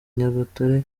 nyagatare